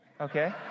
Okay